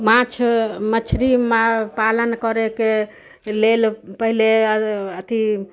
माछ मछली पालन करैके लेल पहिले अथी